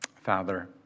Father